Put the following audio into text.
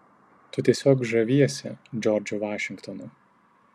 tu tiesiog žaviesi džordžu vašingtonu